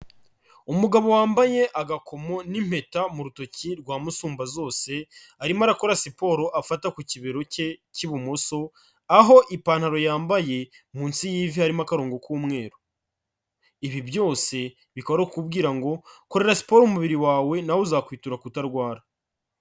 Umugabo wambaye agakomo n'impeta mu rutoki rwa musumbazose, arimo arakora siporo, afata ku kibero cye cy'ibumoso, aho ipantaro yambaye munsi y'ivi harimo akarongo k'umweru. Ibi byose bikaba ari ukukubwira ngo "korera siporo umubiri wawe, nawe uzakwitura kutarwara".